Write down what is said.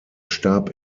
starb